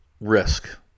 risk